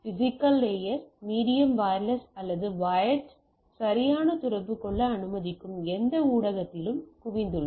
physical layer medium wireless அல்லது wired சரியான தொடர்பு கொள்ள அனுமதிக்கும் எந்த ஊடகத்திலும் குவிந்துள்ளது